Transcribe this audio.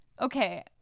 Okay